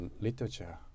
literature